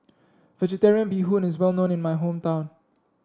vegetarian Bee Hoon is well known in my hometown